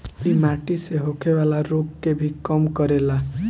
इ माटी से होखेवाला रोग के भी कम करेला